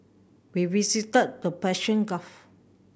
we visited the Persian Gulf